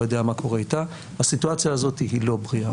לא יודע מה קורה איתה הסיטואציה הזאת לא בריאה.